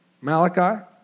Malachi